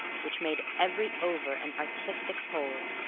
which made every over an artistic whole.